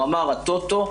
הוא אמר: "הטוטו,